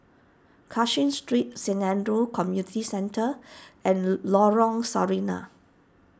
Cashin Street Saint andrew's Community Center and Lorong Sarina